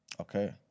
Okay